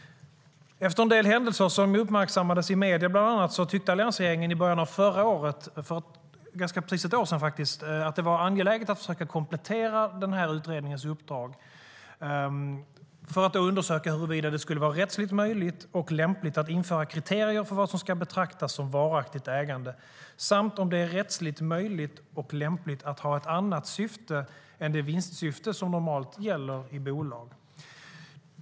Efter en del händelser som uppmärksammades bland annat i medierna tyckte Alliansen för ganska precis ett år sedan att det var angeläget att försöka komplettera utredningens uppdrag för att undersöka huruvida det skulle vara rättsligt möjligt och lämpligt att införa kriterier för vad som ska betraktas som varaktigt ägande. Utredningen skulle också undersöka om det är rättsligt möjligt och lämpligt att ha ett annat syfte än det vinstsyfte som normalt gäller i bolag.